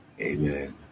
Amen